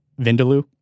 vindaloo